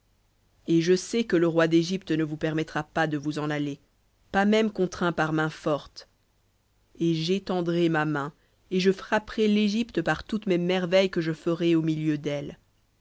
et je sais que le roi d'égypte ne vous permettra pas de vous en aller pas même par main forte et j'étendrai ma main et je frapperai l'égypte par toutes mes merveilles que je ferai au milieu d'elle